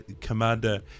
commander